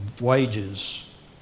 wages